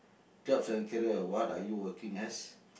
jobs and career what are you working as